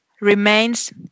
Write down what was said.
remains